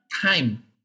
time